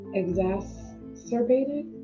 exacerbated